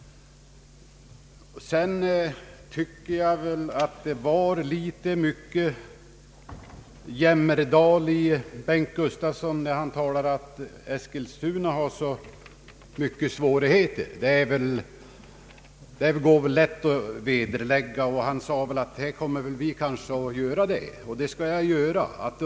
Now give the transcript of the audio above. Sedan tycker jag att det var litet väl mycket jämmerdal, när herr Bengt Gustavsson talade om att Eskilstuna har så stora svårigheter. Det går lätt att vederlägga. Herr Gustavsson sade ju också att vi kanske skulle komma att göra det.